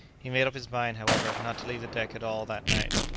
he made up his mind, however, not to leave the deck at all that night.